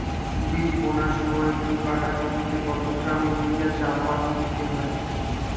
বীজ বোনার সময় দু কাঠা জমিতে কত গ্রাম ইউরিয়া চাপান দিতে পারি?